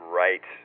right